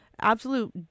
absolute